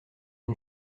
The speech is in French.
une